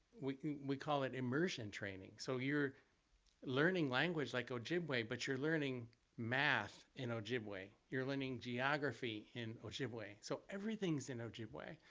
we we call it immersion training. so you're learning language like ojibwe, but you're learning math in ojibwe, you're learning geography in ojibwe, so everything's in ojibwe.